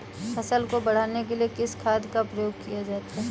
फसल को बढ़ाने के लिए किस खाद का प्रयोग किया जाता है?